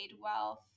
wealth